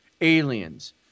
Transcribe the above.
aliens